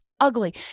ugly